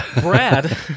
Brad